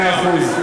מאה אחוז.